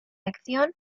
acción